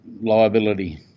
liability